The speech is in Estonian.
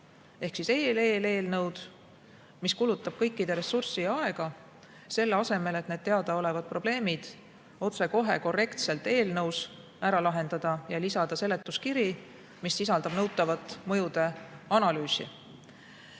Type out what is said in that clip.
ehk eeleelnõu, mis kulutab kõikide ressurssi ja aega, selle asemel et need teadaolevad probleemid otsekohe korrektselt eelnõus ära lahendada ja lisada seletuskiri, mis sisaldab nõutavat mõjude analüüsi.